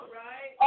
right